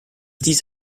dies